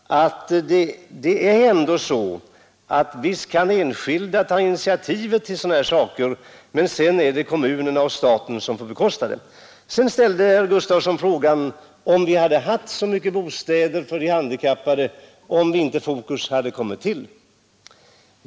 Visst kan enskilda organisationer ta initiativ i sådana här fall, men sedan är det ändå så att kommunerna och staten får stå för kostnaderna. Herr Gustavsson i Alvesta ställde frågan om vi hade haft så många bostäder för de handikappade, om Fokus inte hade kommit till.